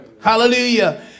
Hallelujah